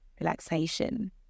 relaxation